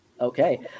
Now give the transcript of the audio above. Okay